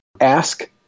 Ask